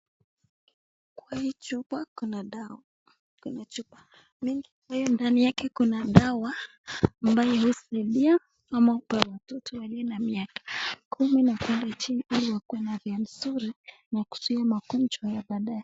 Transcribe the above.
Kwa hii chupa kuna dawa, kuna chupa mingi ambayo ndani yake kuna dawa ambayo husaidia ama hupewa watoto walio na miaka kumi na kwenda chini ili wawe na afya nzuri na kuzuia magonjwa ya baadaye.